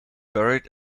buried